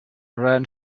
run